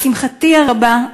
לשמחתי הרבה,